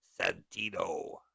Santino